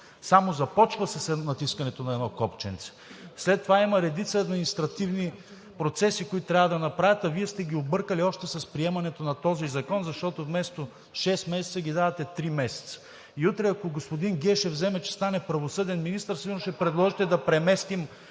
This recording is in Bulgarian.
само започва с натискането на едно копченце. След това има редица административни процеси, които трябва да се направят, а Вие сте ги объркали още с приемането на този закон, защото вместо шест месеца, ги давате три месеца. И утре, ако господин Гешев вземе, че стане правосъден министър, сигурно ще предложите да преместим